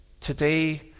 today